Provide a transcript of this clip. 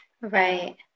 Right